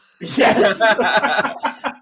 Yes